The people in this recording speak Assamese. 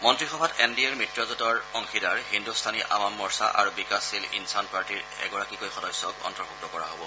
মন্ত্ৰীসভাত এন ডি এৰ মিত্ৰজেঁটৰ অংশীদাৰ হিন্দুস্তানী আৱাম মৰ্চা আৰু বিকাশশীল ইনছান পাৰ্টীৰ এগৰাকীকৈ সদস্যক অন্তৰ্ভুক্ত কৰা হব